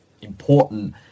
important